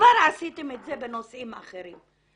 וכבר עשיתם את זה בנושאים אחרים.